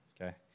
Okay